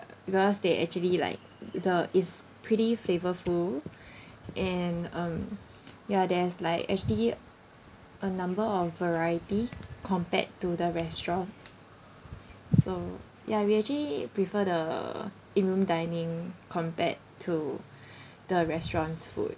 because they actually like the it's pretty flavourful and um yeah there's like actually a number of variety compared to the restaurant so yeah we actually prefer the in room dining compared to the restaurant's food